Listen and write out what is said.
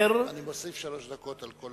אני מוסיף שלוש דקות על כל,